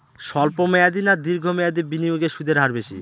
স্বল্প মেয়াদী না দীর্ঘ মেয়াদী বিনিয়োগে সুদের হার বেশী?